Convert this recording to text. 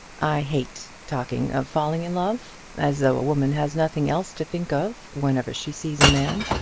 i hate talking of falling in love as though a woman has nothing else to think of whenever she sees a man.